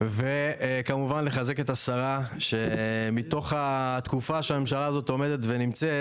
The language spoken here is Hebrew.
וכמובן לחזק את השרה שמתוך התקופה שהממשלה הזאת עומדת ונמצאת,